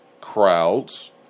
crowds